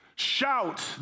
Shout